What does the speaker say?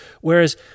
whereas